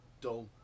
dull